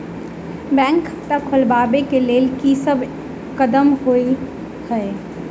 Bank खाता खोलबाबै केँ लेल की सब कदम होइ हय?